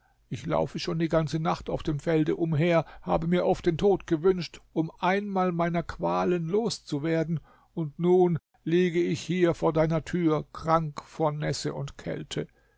ich laufe schon die ganze nacht auf dem felde umher habe mir oft den tod gewünscht um einmal meiner qualen los zu werden und nun liege ich hier vor deiner tür krank vor nässe und kälte